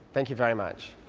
thank you very much.